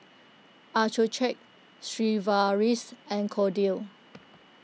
Accucheck Sigvaris and Kordel's